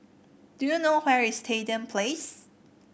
do you know where is Stadium Place